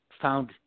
found